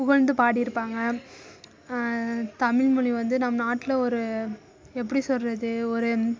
புகழ்ந்து பாடியிருப்பாங்க தமிழ்மொழி வந்து நம் நாட்டில் ஒரு எப்படி சொல்றது ஒரு